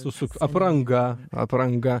su suk apranga apranga